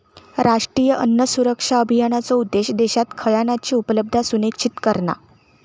राष्ट्रीय अन्न सुरक्षा अभियानाचो उद्देश्य देशात खयानची उपलब्धता सुनिश्चित करणा